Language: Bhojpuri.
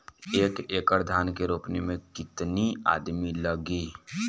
एक एकड़ धान के रोपनी मै कितनी आदमी लगीह?